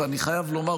ואני חייב לומר,